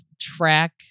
track